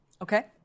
Okay